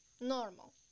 normal